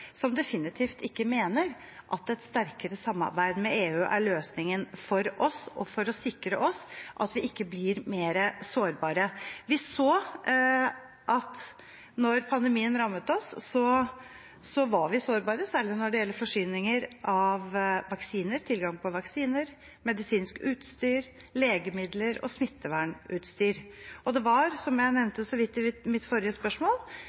som definitivt ikke mener at et sterkere samarbeid med EU er løsningen for oss og for å sikre oss at vi ikke blir mer sårbare. Vi så at da pandemien rammet oss, var vi sårbare, særlig når det gjelder forsyninger av og tilgang på vaksiner, medisinsk utstyr, legemidler og smittevernutstyr. Som jeg nevnte så vidt i mitt forrige spørsmål,